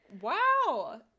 Wow